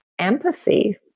empathy